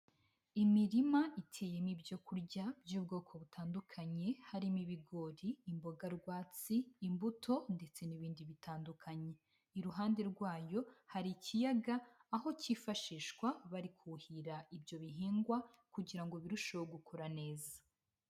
Imirima iteyemo ibyo kurya by'ubwoko butandukanye, harimo ibigori, imboga rwatsi, imbuto ndetse n'ibindi bitandukanye. Iruhande rwayo hari ikiyaga, aho cyifashishwa bari kuhira ibyo bihingwa kugira ngo birusheho gukura neza.